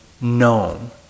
known